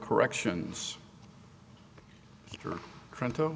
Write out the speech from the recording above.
corrections trento